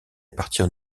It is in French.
partir